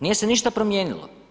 Nije se ništa promijenilo.